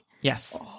Yes